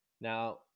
Now